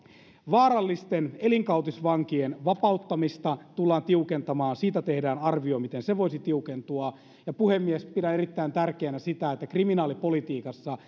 vaarallisten elinkautisvankien vapauttamista tullaan tiukentamaan siitä tehdään arvio miten se voisi tiukentua puhemies pidän erittäin tärkeänä sitä että kriminaalipolitiikassa